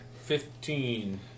Fifteen